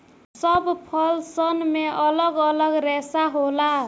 सब फल सन मे अलग अलग रेसा होला